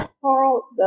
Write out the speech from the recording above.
Carl